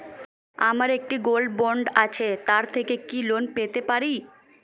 আমার একটি gold bond আছে তার থেকে কি লোন পেতে পারি?